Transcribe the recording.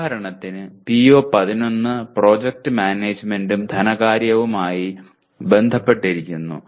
ഉദാഹരണത്തിന് PO11 project മാനേജുമെന്റും ധനകാര്യവുമായി ബന്ധപ്പെട്ടിരിക്കുന്നു